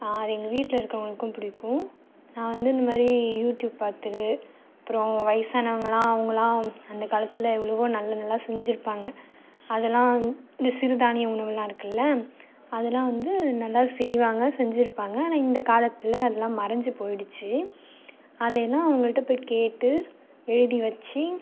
அது எங்கள் வீட்டில் இருக்கறவங்களுக்கும் பிடிக்கும் நான் வந்து இந்தமாரி யூடியூப் பார்த்தது அப்புறோம் வயிசானவங்களாம் அவங்களாம் அந்த காலத்தில் எவ்வளோவோ நல்லா நல்லா செஞ்சி இருப்பாங்க அதெல்லாம் இந்த சிறுதானிய உணவுலாம் இருக்குல்ல அதெலாம் வந்து நல்லா செய்வாங்க செஞ்சி இருப்பாங்க ஆனா இந்த காலத்தில் அதெலாம் மறைஞ்சி போயிடுச்சு அதை எல்லாம் அவங்கள்ட்ட போய் கேட்டு எழுதி வெச்சு